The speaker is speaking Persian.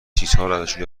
چیزهاازشون